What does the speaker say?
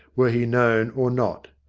were he known or not.